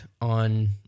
on